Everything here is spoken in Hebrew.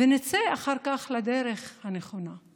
ונצא אחר כך לדרך הנכונה.